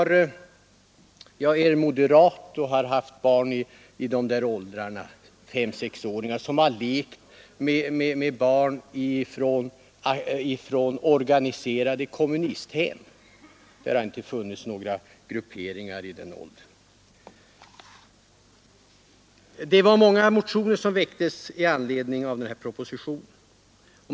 Jag är moderat och har haft barn som varit i den ålder det här gäller — fem och sex år — och som har lekt med barn från organiserat kommunistiska hem. Det finns icke några grupperingar i den åldern. Det var många motioner som väcktes i anledning av denna proposition.